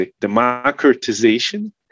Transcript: Democratization